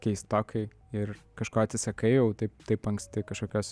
keistokai ir kažko atsisakai jau taip taip anksti kažkokios